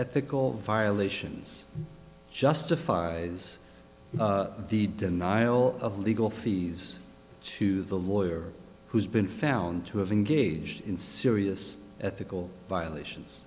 ethical violations justifies the denial of legal fees to the lawyer who's been found to have engaged in serious ethical violations